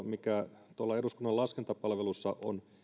mikä tuolla eduskunnan laskentapalvelussa on